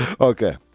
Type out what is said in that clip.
Okay